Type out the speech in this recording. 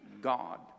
God